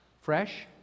Fresh